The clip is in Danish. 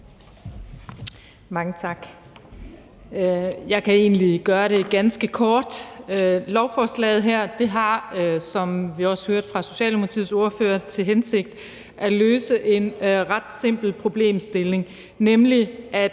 Mange tak. Jeg kan egentlig gøre det ganske kort: Lovforslaget her har, som vi også hørte fra Socialdemokratiets ordfører, til hensigt at løse en ret simpel problemstilling,